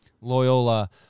Loyola